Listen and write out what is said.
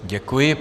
Děkuji.